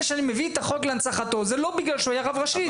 זה שאני מביא את החוק להנצחתו זה לא בגלל שהוא היה רב ראשי,